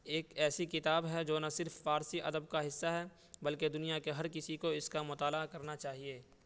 ایک ایسی کتاب ہے جو نہ صرف فارسی ادب کا حصہ ہے بلکہ دنیا کے ہر کسی کو اس کا مطالعہ کرنا چاہیے